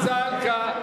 זחאלקה,